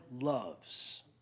loves